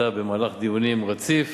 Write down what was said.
נמצא במהלך דיונים רציף.